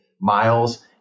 Miles